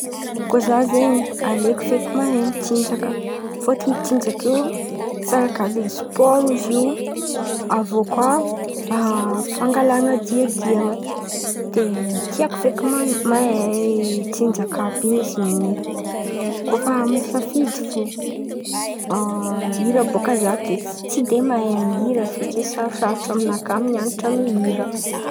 Koa za zen̈y aleoko feky mahay mitsinjaka. Fôtony tsinjaka io:salakady spôro izio, avô kà fangalan̈a diandian̈a. De tia foko feky man- mahay tsinjaka àby in̈y zen̈y, koa samy safidy fo. A hira bôka za de tsy de mahay mihira feky. Sarosarotro amy nakà mianatra mihira.